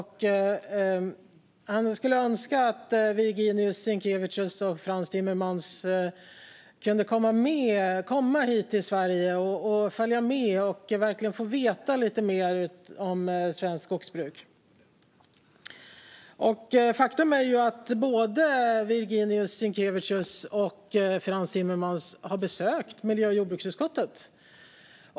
Han skulle önska att dessa två kunde komma till Sverige för att få veta lite mer om svenskt skogsbruk. Faktum är att både Virginijus Sinkevicius och Frans Timmermans har besökt miljö och jordbruksutskottet.